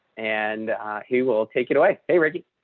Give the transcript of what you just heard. and he will take it away. hey ready